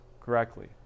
correctly